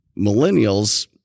Millennials